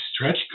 stretch